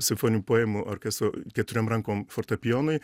simfoninių poemų orkestro keturiom rankom fortepijonui